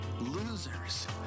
Losers